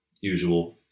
usual